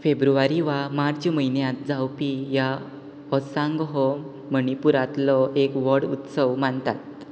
फेब्रुवारी वा मार्च म्हयन्यांत जावपी ह्या ओसांग हो मणिपुरांतलो एक व्हड उत्सव मानतात